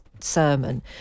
sermon